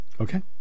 Okay